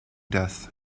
death